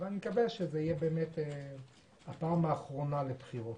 אני מקווה שזו תהיה באמת הפעם האחרונה לבחירות.